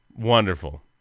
wonderful